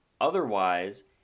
Otherwise